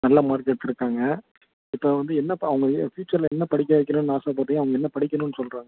நல்ல மார்க் எடுத்திருக்காங்க இப்போ வந்து என்னப்பா அவங்க ப்யூச்சரில் என்ன படிக்க வைக்கணும்னு ஆசைப்படுறியோ அவங்க என்ன படிக்கணும்னு சொல்கிறாங்க